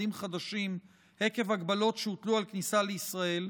עובדים חדשים עקב הגבלות שהוטלו על הכניסה לישראל,